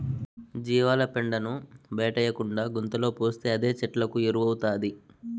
జీవాల పెండను బయటేయకుండా గుంతలో పోస్తే అదే చెట్లకు ఎరువౌతాది